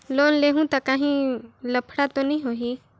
Loan लेहूं ता काहीं लफड़ा तो नी होहि?